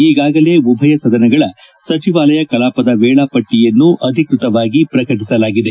ಈಗಾಗಲೇ ಉಭಯ ಸದನಗಳ ಸಚಿವಾಲಯ ಕಲಾಪದ ವೇಳಾಪಟ್ಟಿಯನ್ನು ಅಧಿಕೃತವಾಗಿ ಪ್ರಕಟಿಸಲಾಗಿದೆ